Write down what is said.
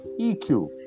EQ